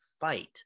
fight